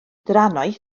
drannoeth